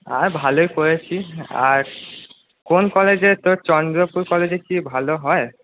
আর ভালোই করেছিস আর কোন কলেজে তোর চন্দ্রপুর কলেজে কি ভালো হয়